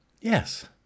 Yes